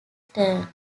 turn